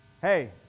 Hey